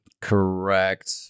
correct